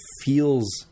feels